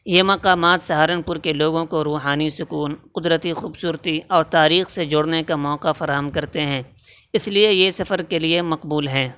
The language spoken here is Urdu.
یہ مقامات سہارنپور کے لوگوں کو روحانی سکون قدرتی خوبصورتی اور تاریخ سے جوڑنے کا موقع فراہم کرتے ہیں اس لیے یہ سفر کے مقبول ہیں